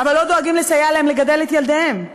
אבל לא דואגים לסייע להם לגדל את ילדיהם.